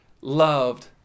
loved